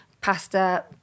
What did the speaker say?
pasta